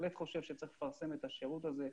בהחלט חושב שצריך לפרסם את השירות הזה.